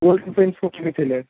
അല്ലേ